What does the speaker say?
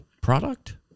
product